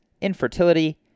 infertility